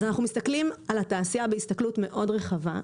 אז אנחנו מסתכלים על התעשייה בהסתכלות מאוד רחבה,